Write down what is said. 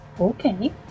Okay